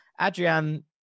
Adrian